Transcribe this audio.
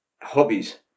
hobbies